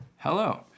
Hello